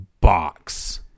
box